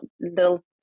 little